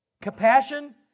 Compassion